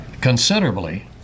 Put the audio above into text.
considerably